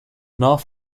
north